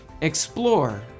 explore